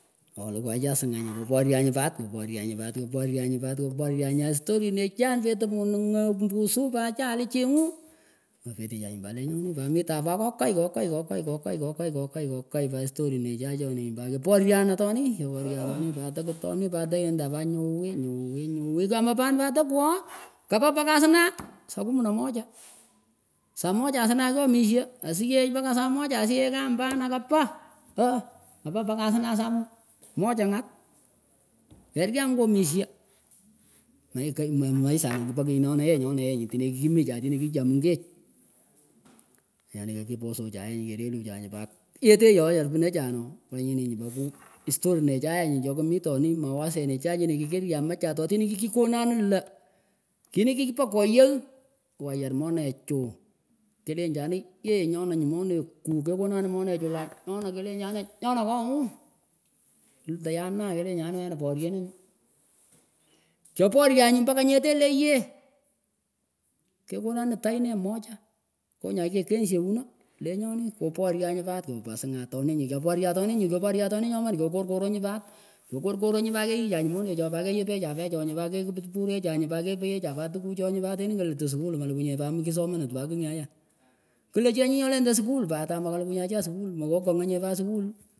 Kolukuh achah sngah nyuh koporyah nyuh pat koporyoh nyuh pat koporyah nyuh pat koporyoh nyuh storinechah petah moningah pusuh pat chaeh chenguh mehpetehchahnyeh pat lenyonih pat mitan pat kuhkai kohkai kohkai kohkai kohkai kohklai pat storinechan chonih pat kaporyan atonih kaporyon atonih pat taktonih badae endah pat nyohwih nyowih kama pan pat tekwoh kapah pakah asnah saa kumi na moja asiyech kyam pan akahpah ooh kapah pakah saa moja asiyech kyam pan akahpah ooh kjpah pakah asnah saa moja ngat kehryam ngoh mishah mekikah memaisha nyah kipon kehnonahyeh nyona eeh nyuh tinah kikimichah tinah kikichah mingeh yehnyonah kikipusuchaenyuh kikehreluchanyuh pat yeteyih ooh wechara pinahchunyahnon nganyin pat kuh historinechaenyun cah kemitonih mawasenichan chini kikiryahmachah totinihkikikonanin lah tinih kikipan koyagh awayar monechuh kelenjanin yehnyuh nyonah monekuh kekonanin monechuh kelenjanin yehnyuh nyonah monekuh kekonanin monechuh nyunah kelenjanin onyonah kohnguh itah yanah kelenjanin wena poryenah nyuh kyoporyanyuh mpaka nyeteh lehnyeh kekonanin tany nee moja nguh nyoh kikenngsheunah lenyonih kyporyanyuh pat awasingah atonih kyoporyan atonih nyoh kyporyonah atonih nyoman kyokor koroh nyuh pat kyokor koroh nyuh pat keyihhchah monechoh pat keyepechah paghechoh nytuh pat kekiturturnyeh chah nyuh pat kepagheeh chah tukuchoh pat kekiturturyeh chah nyu pat kepagheeh chah tukuchih tenah klutuh skull malikunyeh pat mekisomanet pat kigh nyah wechara kleh chih anyih nyolendah skull pat mekalukuh nyeh acha skull mahkokangah nyeh skul.